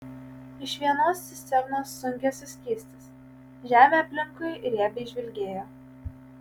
iš vienos cisternos sunkėsi skystis žemė aplinkui riebiai žvilgėjo